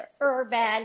urban